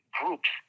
groups